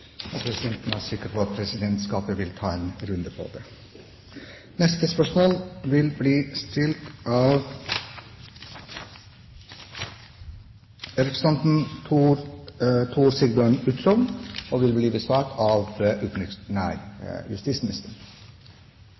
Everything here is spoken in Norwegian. Presidenten er sikker på at Presidentskapet vil ta en runde på det.